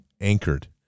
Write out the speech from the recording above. anchored